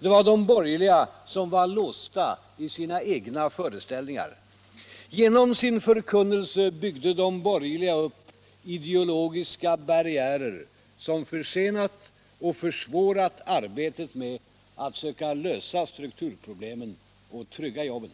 Det var de borgerliga som var låsta i sina egna föreställningar. Genom sin förkunnelse byggde de borgerliga upp ideologiska barriärer, som försenat och försvårat arbetet med att söka lösa strukturproblemen och trygga jobben.